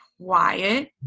quiet